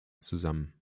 zusammen